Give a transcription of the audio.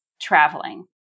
traveling